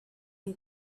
you